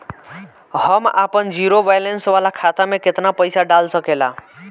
हम आपन zero balance वाला खाता मे केतना पईसा डाल सकेला?